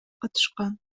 катышкан